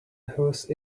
whose